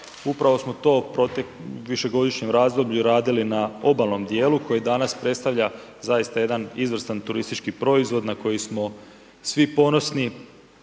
upravo smo to u višegodišnjem razdoblju radili na obalnom djelu koji danas predstavlja zaista jedan izvrstan turistički proizvod na koji smo svi ponosni